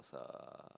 uh